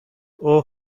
اوه